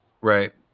Right